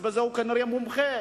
בזה הוא כנראה מומחה,